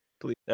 please